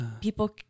people